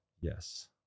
yes